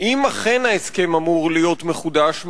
אם אכן ההסכם אמור להיות מחודש,